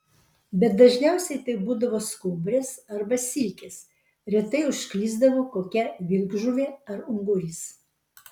bet dažniausiai tai būdavo skumbrės arba silkės retai užklysdavo kokia vilkžuvė ar ungurys